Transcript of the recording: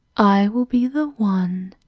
i will be the one,